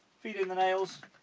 feed in the nails